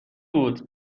بود